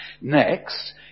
Next